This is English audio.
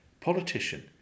Politician